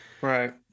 Right